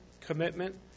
commitment